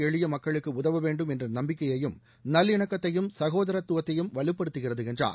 எளிய மக்களுக்கு உதவ வேண்டும் என்ற நம்பிக்கையையும் நல்லிணக்கத்தையும் சகோதரத்துவத்தையும் வலுபடுத்துகிறது என்றார்